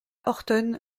horton